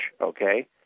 okay